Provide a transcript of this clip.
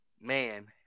man